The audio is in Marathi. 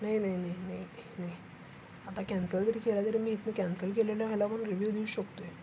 नाही नाही नाही नाही नाही आता कॅन्सल जरी केला तरी मी इथं कॅन्सल केलेलं ह्याला पण रिव्यू देऊ शकतो आहे